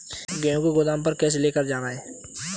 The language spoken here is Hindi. गेहूँ को गोदाम पर कैसे लेकर जाएँ?